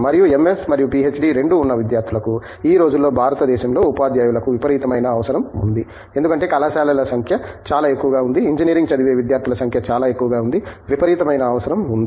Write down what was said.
మరియు ఎంఎస్ మరియు పిహెచ్డి రెండూ ఉన్న విద్యార్థులకు ఈ రోజుల్లో భారతదేశంలో ఉపాధ్యాయులకు విపరీతమైన అవసరం ఉంది ఎందుకంటే కళాశాలల సంఖ్య చాలా ఎక్కువగా ఉంది ఇంజనీరింగ్ చదివే విద్యార్థుల సంఖ్య చాలా ఎక్కువగా ఉంది విపరీతమైన అవసరం ఉంది